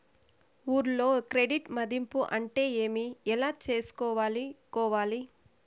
ఊర్లలో క్రెడిట్ మధింపు అంటే ఏమి? ఎలా చేసుకోవాలి కోవాలి?